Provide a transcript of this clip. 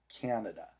canada